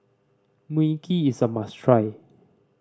Mui Kee is a must try